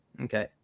Okay